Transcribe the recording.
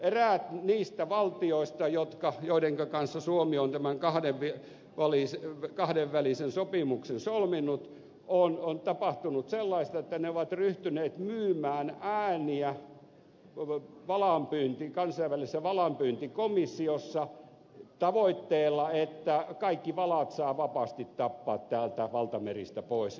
eräissä niistä valtioista joiden kanssa suomi on tämän kahdenvälisen sopimuksen solminut on tapahtunut sellaista että ne ovat ryhtyneet myymään ääniä kansainvälisessä valaanpyyntikomissiossa tavoitteena että kaikki valaat saa vapaasti tappaa valtameristä pois